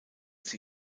sie